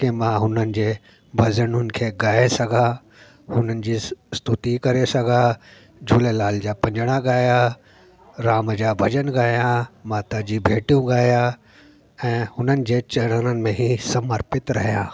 के मां हुननि जे भॼनुनि खे ॻाए सघां हुननि जे स्तु स्तुति करे सघां झूलेलाल जा पंजिड़ा गायां राम जा भॼन गायां माता जूं भेटूं ॻायां ऐं हुननि जे चरणनि में ई समर्पित रहियां